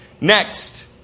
Next